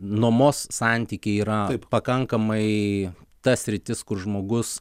nuomos santykiai yra pakankamai ta sritis kur žmogus